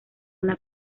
una